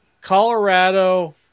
Colorado